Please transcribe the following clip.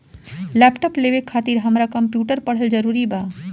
Laptop लेवे खातिर हमरा कम्प्युटर पढ़ल जरूरी बा?